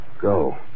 Go